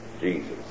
Jesus